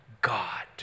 God